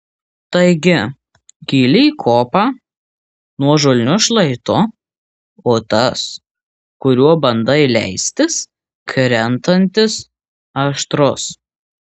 taigi kyli į kopą nuožulniu šlaitu o tas kuriuo bandai leistis krentantis aštrus